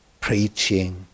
preaching